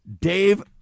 Dave